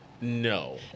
No